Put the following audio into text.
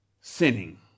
sinning